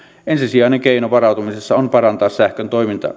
ensisijainen keino varautumisessa on parantaa sähkön